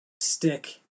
stick